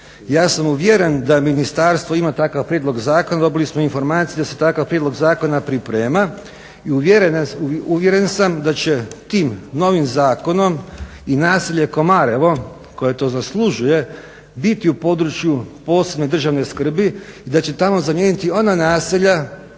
Ja sam uvjeren da ministarstvo ima takav prijedlog zakona. Dobili smo informaciju da se takav prijedlog zakona priprema i uvjeren sam da će tim novim zakonom i naselje KOmarevo koje to zaslužuje biti u području posebne državne skrbi i da će tamo zamijeniti ona naselja